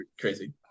crazy